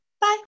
Bye